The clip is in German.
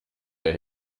der